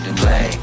play